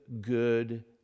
good